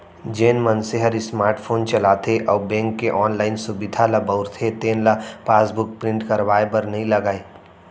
जेन मनसे हर स्मार्ट फोन चलाथे अउ बेंक के ऑनलाइन सुभीता ल बउरथे तेन ल पासबुक प्रिंट करवाए बर नइ लागय